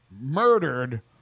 murdered